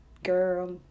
girl